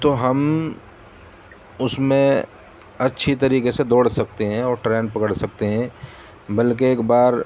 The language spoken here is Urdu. تو ہم اس میں اچھی طریقے سے دوڑ سکتے ہیں اور ٹرین پکڑ سکتے ہیں بلکہ ایک بار